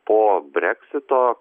po breksito